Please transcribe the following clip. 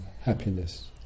happiness